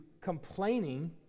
complaining